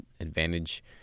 advantage